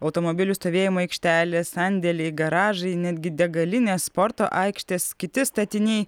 automobilių stovėjimo aikštelės sandėliai garažai netgi degalinės sporto aikštės kiti statiniai